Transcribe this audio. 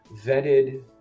vetted